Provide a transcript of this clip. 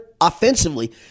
offensively